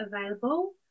available